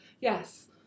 yes